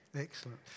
Excellent